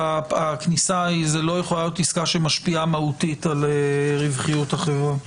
זו לא יכולה להיות עסקה שמשפיעה מהותית על רווחיות החברה.